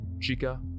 Chica